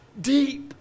deep